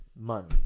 money